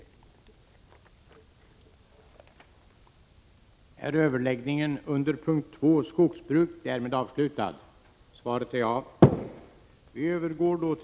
Kammaren övergick till att debattera avsnittet fiske.